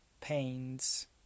pains